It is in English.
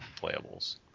playables